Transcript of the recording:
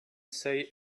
say